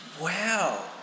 Wow